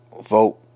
vote